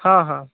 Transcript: ହଁ ହଁ